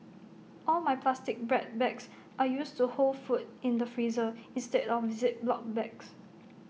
all my plastic bread bags are used to hold food in the freezer instead of Ziploc bags